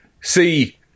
see